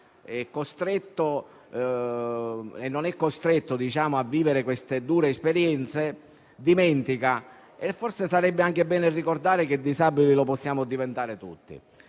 e non è costretto a vivere dure situazioni dimentica; forse sarebbe anche bene ricordare che disabili lo possiamo diventare tutti.